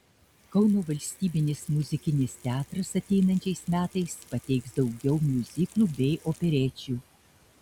kauno valstybinis muzikinis teatras ateinančiais metais pateiks daugiau miuziklų bei operečių